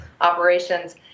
operations